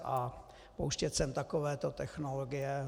A pouštět sem takovéto technologie?